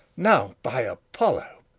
now, by apollo